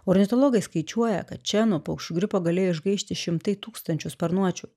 ornitologai skaičiuoja kad čia nuo paukščių gripo gali išgaišti šimtai tūkstančių sparnuočių